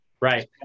Right